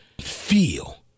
feel